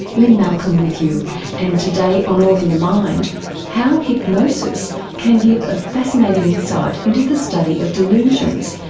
lynne malcolm with you and today on all in the mind how hypnosis can give a fascinating insight into the study of delusions,